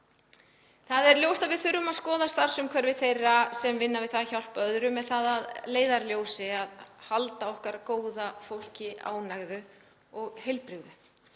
Það er ljóst að við þurfum að skoða starfsumhverfi þeirra sem vinna við að hjálpa öðrum með það að leiðarljósi að halda okkar góða fólki ánægðu og heilbrigðu.